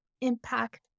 impact